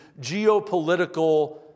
geopolitical